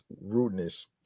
rudeness